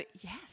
yes